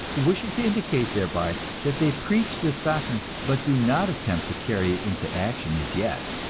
wishing to indicate thereby that they preach this doctrine, but do not attempt to carry it into action as yet.